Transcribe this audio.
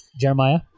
Jeremiah